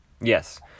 Yes